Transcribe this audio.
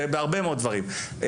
ובהרבה מאוד דברים.